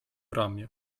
ramię